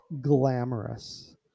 glamorous